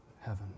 heaven